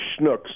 schnooks